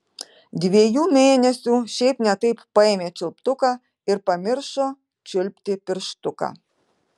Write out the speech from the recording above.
dviejų mėnesių šiaip ne taip paėmė čiulptuką ir pamiršo čiulpti pirštuką